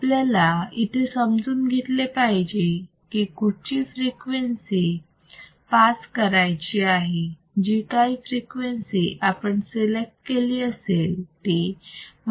आपल्याला इथे समजून घेतले पाहिजे की कुठची फ्रिक्वेन्सी पास करायची आहे जी काही फ्रिक्वेन्सी आपण सिलेक्ट केली असेल ती 3dB असेल